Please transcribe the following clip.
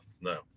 No